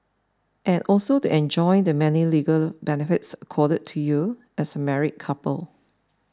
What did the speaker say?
and also to enjoy the many legal benefits accorded to you as a married couple